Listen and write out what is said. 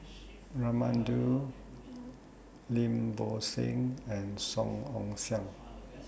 Raman Daud Lim Bo Seng and Song Ong Siang